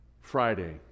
Friday